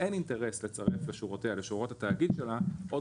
אין אינטרס לצרף לשורות התאגיד שלה עוד